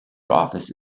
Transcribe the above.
office